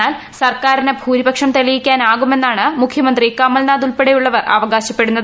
എന്നാൽ സർക്കാരിന് ഭൂരിപക്ഷം തെളിയിക്കാനാകുമെന്നാണ് മുഖ്യമന്ത്രി കമൽനാഥ് ഉൾപ്പെടെയുള്ളവർ അവകാശപ്പെടുന്നത്